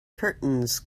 curtains